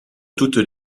toutes